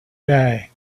day